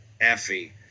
Effie